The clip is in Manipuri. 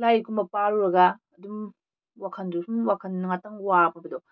ꯂꯥꯏꯔꯤꯛ ꯀꯨꯝꯕ ꯄꯥꯔꯨꯔꯒ ꯑꯗꯨꯝ ꯋꯥꯈꯟꯗꯣ ꯁꯨꯝ ꯋꯥꯈꯟ ꯉꯥꯛꯇꯪ ꯋꯥꯕꯗꯣ